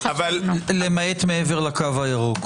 למעט מעבר לקו הירוק.